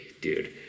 Dude